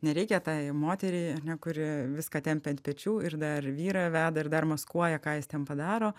nereikia tai moteriai ar ne kuri viską tempia ant pečių ir dar vyrą veda ir dar maskuoja ką jis ten padaro